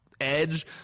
edge